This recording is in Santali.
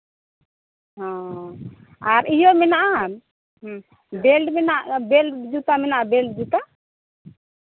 ᱦᱮᱸ ᱟᱨ ᱤᱭᱟᱹ ᱢᱮᱱᱟᱜᱼᱟᱱ ᱵᱮᱞᱴ ᱢᱮᱱᱟᱜ ᱵᱮᱞᱴ ᱡᱩᱛᱟᱹ ᱢᱮᱱᱟᱜᱼᱟ ᱵᱮᱞᱴ ᱡᱩᱛᱟᱹ